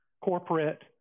corporate